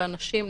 ואנשים,